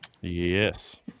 Yes